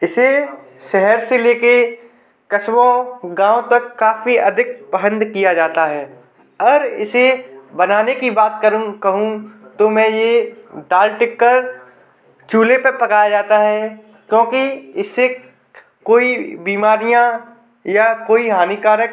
इसे शहर से लेकर कस्बों गाँव तक काफ़ी अधिक पसंद किया जाता है और इसे बनाने की बात करूँ कहूँ तो मैं ये दाल टिक्कर चूल्हे पर पकाया जाता है क्योंकि इससे कोई बीमारियाँ या कोई हानिकारक